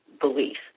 belief